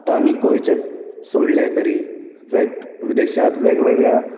आतां आमी गोंयचेंच सोडलें तरी विदेशांत वेगळ्यावेगळ्या